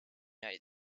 united